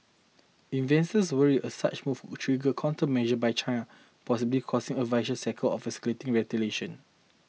investors worry a such move could trigger countermeasures by China possibly causing a vicious cycle of escalating retaliation